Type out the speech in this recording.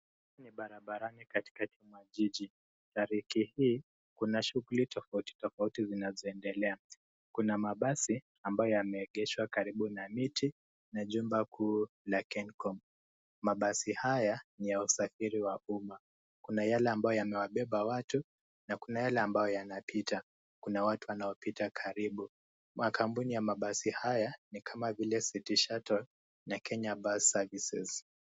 Ni barabarani katikati mwa jiji. Tariki hii kuna shughuli tofauti tofauti zinazoendelea. Kuna mabasi ambayo yameegeshwa karibu na miti na jumba kuu la Kencom. Mabasi haya ni ya usafiri wa umma; kuna yale ambayo yamewabeba watu na kuna yale ambayo yanapita. Kuna watu wanaopita karibu. Makampuni ya mabasi haya ni kama vile City Shuttle na Kenya Bus Services .